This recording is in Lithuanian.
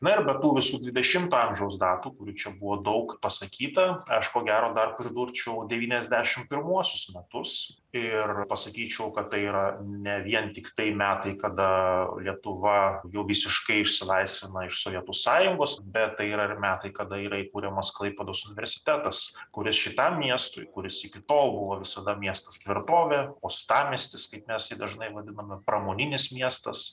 na ir be tų visų dvidešimto amžiaus datų kurių čia buvo daug pasakyta aš ko gero dar pridurčiau devyniasdešim pirmuosius metus ir pasakyčiau kad tai yra ne vien tiktai metai kada lietuva jau visiškai išsilaisvina iš sovietų sąjungos bet tai yra ir metai kada yra įkuriamas klaipėdos universitetas kuris šitam miestui kuris iki tol buvo visada miestas tvirtovė uostamiestis kaip mes jį dažnai vadiname pramoninis miestas